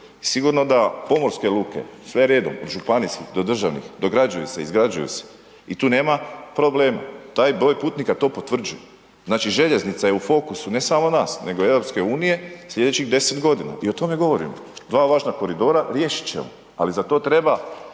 sigurno da pomorske luke sve redom od županijskih do državnih dograđuju se, izgrađuju se i tu nema problema, taj broj putnika to potvrđuje, znači željeznica je u fokusu, ne samo nas, nego i EU slijedećih 10.g. i o tome govorimo, dva važna koridora riješit ćemo, ali za to treba